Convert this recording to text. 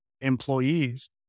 employees